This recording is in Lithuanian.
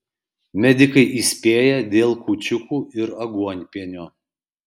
medikai įspėja dėl kūčiukų ir aguonpienio